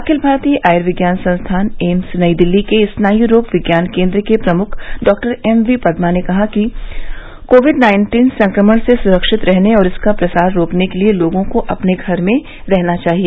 अखिल भारतीय आयुर्विज्ञान संस्थान एम्स नई दिल्ली के स्नायु रोग विज्ञान केंद्र के प्रमुख डॉक्टर एम वी पद्मा ने कहा कि कोविड नाइन्टीन संक्रमण से सुरक्षित रहने और इसका प्रसार रोकने के लिए लोगों को अपने घर में ही रहना चाहिए